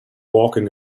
walking